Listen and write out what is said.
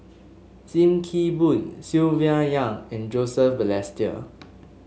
Sim Kee Boon Silvia Yong and Joseph Balestier